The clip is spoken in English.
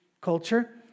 culture